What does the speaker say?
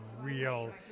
real